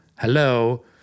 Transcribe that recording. Hello